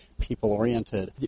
people-oriented